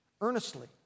earnestly